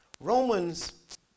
Romans